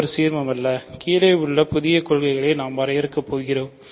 இது ஒரு சீர்மமல்ல கீழே உள்ள புதிய கொள்கைகளை நாம் வரையறுக்க போகிறோம்